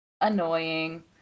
annoying